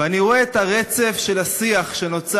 ואני רואה את הרצף של השיח שנוצר